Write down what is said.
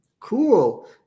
cool